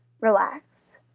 Relax